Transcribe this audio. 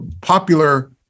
popular